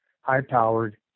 high-powered